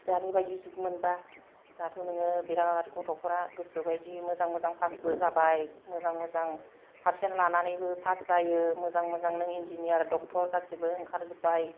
दानि बायदि जुग मोनबा दाथ' नोङो बेराद गथ'फोरा गोसो बायदि मोजां मोजां फास बो जाबाय मोजां मोजां पारसेन्ट लानानैबो पास जायो मोजां मोजां नों इनजिनियार डक्टर गासिबो ओंखार जोबबाय